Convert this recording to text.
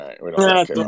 Right